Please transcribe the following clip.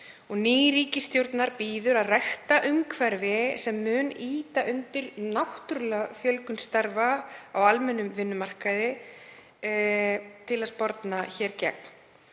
ríkisstjórnar bíður að rækta umhverfi sem mun ýta undir náttúrulega fjölgun starfa á almennum vinnumarkaði til að sporna gegn